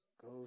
Go